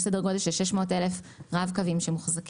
יש סדר גודל של 600,000 כרטיסי רב-קו שמוחזקים